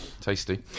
tasty